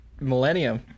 millennium